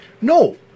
No